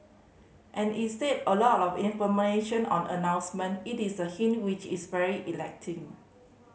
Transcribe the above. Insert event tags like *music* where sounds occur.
and instead a lot of *unintelligible* on announcement it is the hint which is very *unintelligible*